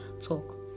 talk